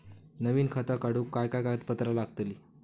नवीन खाता काढूक काय काय कागदपत्रा लागतली?